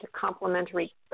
complementary